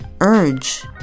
urge